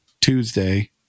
tuesday